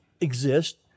exist